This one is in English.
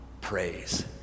PRAISE